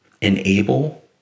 enable